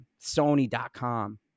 Sony.com